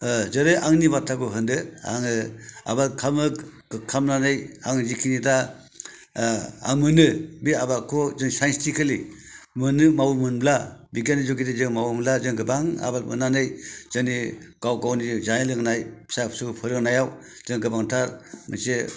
जेरै आंनि बाथ्राखौ होनदो आङो आबाद खालामनानै आं जिखिनि दा आं मोनो बे आबादखौ जों साइन्थिफेखेलि मावो मोनब्ला बिगियाननि जुनै जों मावो मोनब्ला जों गोबां आबाद मोननानै दिनै गावखौ गावनि जानाय लोंनाय फिसा फिसौ फोरोंनायाव जों गोबांथार मोनसे